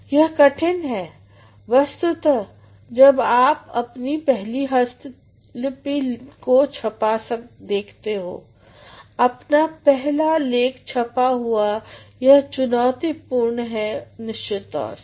यह कठिन है वस्तुतः जब आप अपनी पहली हस्तलिपि को छपा देखते हो अपनी पहला लेख छपा हुआ यह चुनौतीपूर्ण है निश्चित तौर से